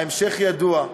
ההמשך ידוע.